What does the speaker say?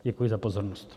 Děkuji za pozornost.